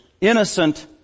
innocent